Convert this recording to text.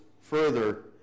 further